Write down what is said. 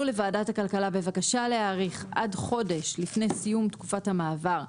לוועדת הכלכלה בבקשה להאריך עד חודש לפני סיום תקופת המעבר,